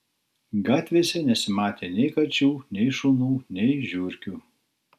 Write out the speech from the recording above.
gatvėse nesimatė nei kačių nei šunų nei žiurkių